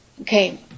Okay